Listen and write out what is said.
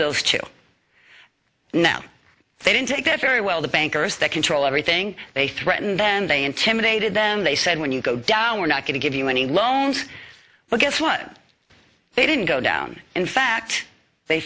those two now they didn't take that very well the bankers that control everything they threaten then they intimidated them they said when you go down we're not going to give you any loans but guess what they didn't go down in fact they